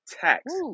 tax